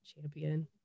champion